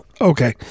okay